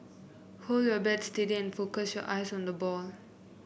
hold your bat steady focus your eyes on the ball